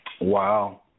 Wow